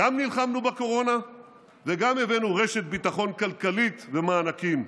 גם נלחמנו בקורונה וגם הבאנו רשת ביטחון כלכלית ומענקים,